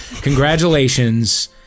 Congratulations